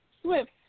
Swift